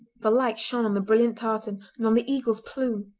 the light shone on the brilliant tartan, and on the eagle's plume.